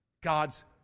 God's